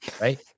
right